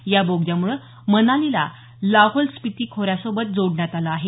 या बोगद्यामुळे मनालीला लाहौल स्पीति खोऱ्यासोबत जोडण्यात आलं आहे